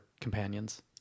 companions